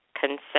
consent